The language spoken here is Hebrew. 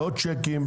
לא צ'קים,